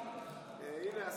כנסת נכבדה,